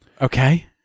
okay